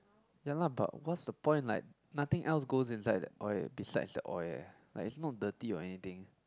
ya lah but what's the point like nothing else goes inside that oil besides the oil eh like it's not dirty or anything